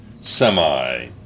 semi